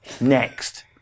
next